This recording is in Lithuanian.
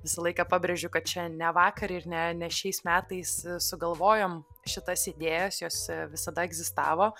visą laiką pabrėžiu kad čia ne vakar ir ne ne šiais metais sugalvojom šitas idėjas jos visada egzistavo